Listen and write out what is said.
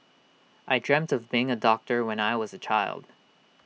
I dreamt of becoming A doctor when I was A child